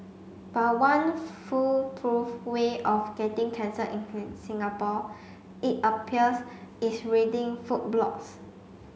but one foolproof way of getting cancer in Singapore it appears is reading food blogs